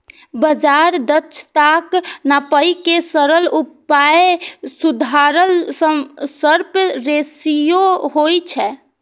बाजार दक्षताक नापै के सरल उपाय सुधरल शार्प रेसियो होइ छै